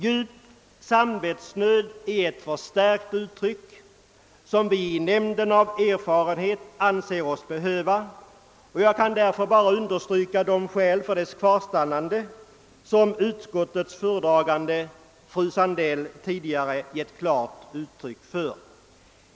»Djup samvetsnöd» är ett förstärkt uttryck, som vi i nämnden av erfarenhet anser oss behöva, och jag kan därför bara understryka de skäl för dess bibehållande som utskottets föredragande, fröken Sandell, tidigare givit klart uttryck för.